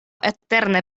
eterne